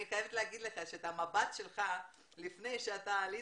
אני חייבת לומר לך שאת המבט שלך לפני שאתה עלית,